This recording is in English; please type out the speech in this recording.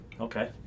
Okay